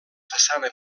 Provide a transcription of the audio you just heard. façana